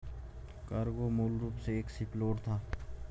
cargo मूल रूप से एक शिपलोड था